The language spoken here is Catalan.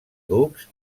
ducs